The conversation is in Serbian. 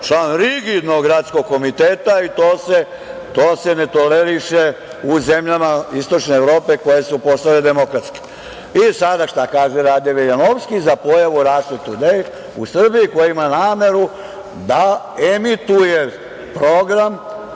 član rigidnog gradskog komiteta i to se ne toleriše u zemljama istočne Evrope koje su postale demokratske. Sada, šta kaže Rade Veljanovski za pojavu "Raša tudej"? U Srbiji ko ima nameru da emituje program